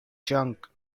junk